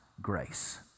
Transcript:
grace